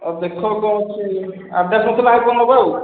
ଆଉ ଦେଖ କ'ଣ ଅଛି ଆଉ ଦେଖ ଆଉ କ'ଣ ନେବ ଆଉ